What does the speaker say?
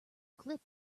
clip